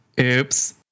Oops